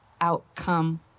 outcome